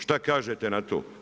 Šta kažete na to?